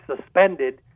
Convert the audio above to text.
suspended